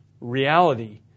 reality